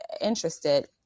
interested